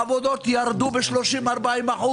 העבודות ירדו ב-30%-40%.